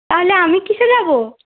তাহলে আমি কিসে যাবো